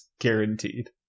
guaranteed